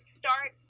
start